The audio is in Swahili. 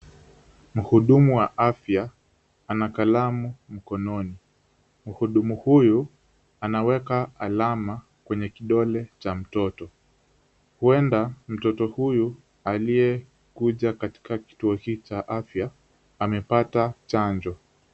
Mhudumu wa afya ana kalamu mkononi. Mhudumu huyu anaweka alama kwenye kidole cha mtoto huenda mtoto huyu aliyekuja katika kituo hii cha afya amepata chanjo.